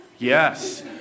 Yes